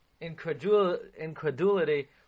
incredulity